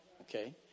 Okay